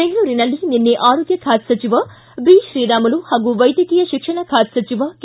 ಬೆಂಗಳೂರಿನಲ್ಲಿ ನಿನ್ನೆ ಆರೋಗ್ಯ ಖಾತೆ ಸಚಿವ ಬಿತ್ರೀರಾಮುಲು ಹಾಗೂ ವೈದ್ಯಕೀಯ ಶಿಕ್ಷಣ ಖಾತೆ ಸಚಿವ ಕೆ